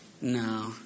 No